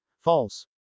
false